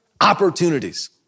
Opportunities